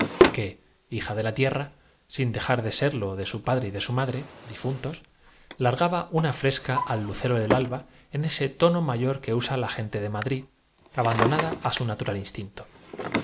que hija de la tierrasin dejar de serlo de su pa favorita de la emperatriz llegaron y se zambulleron dre y de su madre difuntos largaba una fresca al pero con tan mala suerte que el banquero mientras lucero del alba en ese tono mayor que usa la gente de hacía una habilidad tuvo un vahído y se ahogó su madrid abandonada á su natural